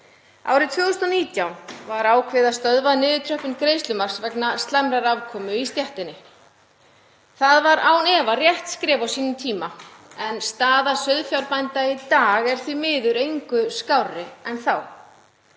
Árið 2019 var ákveðið að stöðva niðurtröppun greiðslumarks vegna slæmrar afkomu í stéttinni. Það var án efa rétt skref á sínum tíma en staða sauðfjárbænda í dag er því miður engu skárri en þá.